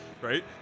Right